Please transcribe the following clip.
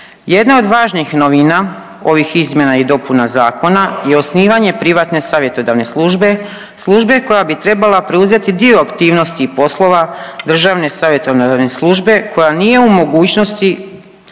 Jedna od važnih novina ovih izmjena i dopuna zakona je osnivanje privatne savjetodavne službe. Službe koja bi trebala preuzeti dio aktivnosti i poslova državne savjetodavne službe koja nije u mogućnosti